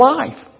life